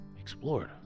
explored